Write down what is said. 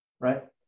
Right